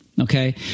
okay